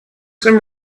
some